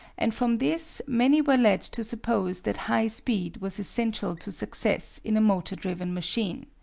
and from this many were led to suppose that high speed was essential to success in a motor-driven machine.